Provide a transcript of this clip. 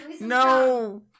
No